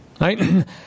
Right